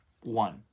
One